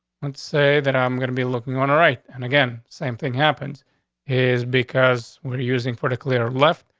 let's say that i'm gonna be looking on right and again. same thing happens is because we're using pretty clear left.